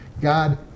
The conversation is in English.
God